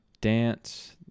dance